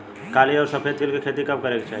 काली अउर सफेद तिल के खेती कब करे के चाही?